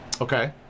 okay